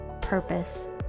purpose